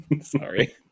Sorry